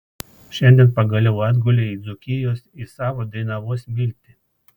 šiandien pagaliau atgulei į dzūkijos į savo dainavos smiltį